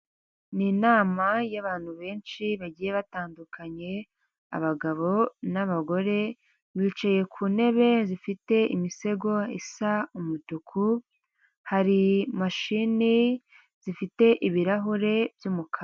Ni inama y’abantu benshi bagiye batandukanye abagabo n'abagore, bicaye ku ntebe zifite imisego isa umutuku hari mashini zifite ibirahure by'umukara.